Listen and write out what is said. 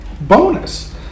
bonus